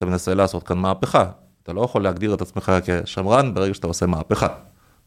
אתה מנסה לעשות כאן מהפכה. אתה לא יכול להגדיר את עצמך כשמרן ברגע שאתה עושה מהפכה.